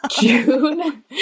June